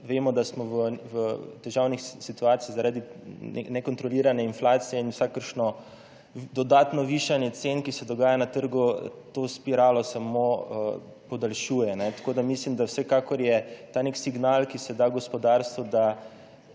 namreč, da smo v težavnih situacijah zaradi nekontrolirane inflacije, in vsakršno dodatno višanje cen, ki se dogaja na trgu, to spiralo samo podaljšuje. Tako mislim, da vsekakor je ta signal, ki se da gospodarstvu, da